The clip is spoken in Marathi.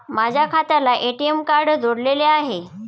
माझ्या खात्याला ए.टी.एम कार्ड जोडलेले आहे